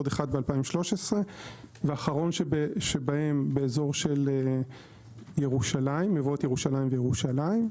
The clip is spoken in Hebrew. עוד אחד ב-2013 והאחרון שבהם באזור מבואות ירושלים וירושלים,